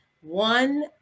one